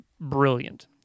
brilliant